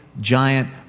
giant